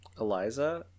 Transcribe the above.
Eliza